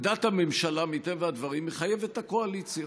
עמדת הממשלה, מטבע הדברים, מחייבת את הקואליציה.